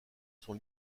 son